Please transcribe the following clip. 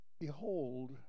Behold